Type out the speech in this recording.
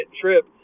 trip